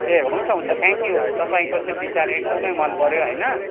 ए हुन्छ हुन्छ थ्याङ्क्यु तपाईँको चाहिँ विचार एकदमै मनपऱ्यो होइन